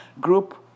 group